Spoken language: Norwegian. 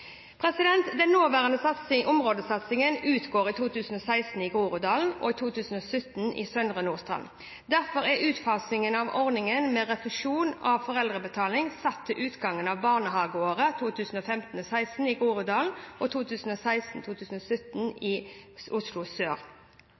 nåværende områdesatsingene utgår i 2016 i Groruddalen og i 2017 i Søndre Nordstrand. Derfor er utfasingen av ordningen med refusjon av foreldrebetaling satt til utgangen av barnehageåret 2015/2016 i Groruddalen og 2016/2017 i Oslo sør.